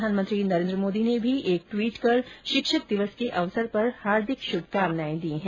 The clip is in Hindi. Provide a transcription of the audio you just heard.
प्रधानमंत्री नरेन्द्र मोदी ने भी एक ट्वीट कर शिक्षक दिवस के अवसर पर हार्दिक श्भकामनाएं प्रकट की है